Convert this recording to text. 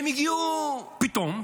הם הגיעו פתאום.